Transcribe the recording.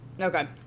okay